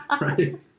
Right